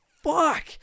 fuck